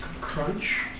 Crunch